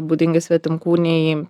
būdingi svetimkūniai